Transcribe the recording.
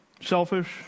selfish